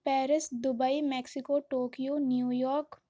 Paris Dubai Mexico Tokyo New York